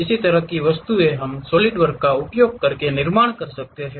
इस तरह की वस्तुएं हम सॉलिडवर्क्स का उपयोग करके इसका निर्माण कर सकते हैं